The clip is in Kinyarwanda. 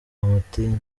bamutinya